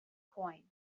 coins